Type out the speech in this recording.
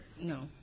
no